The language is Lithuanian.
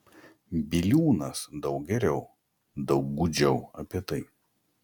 biliūnas daug geriau daug gūdžiau apie tai